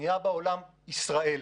שנייה בעולם: ישראל.